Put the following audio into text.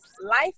life